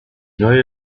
neue